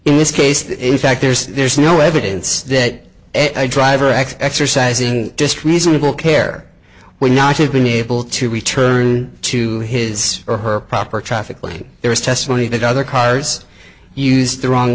in this case in fact there's there's no evidence that edge driver x exercising just reasonable care would not have been able to return to his or her proper traffic lane there is testimony that other cars used the wrong